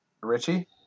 Richie